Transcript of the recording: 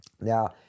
Now